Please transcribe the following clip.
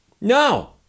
No